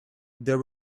there